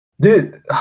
dude